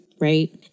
right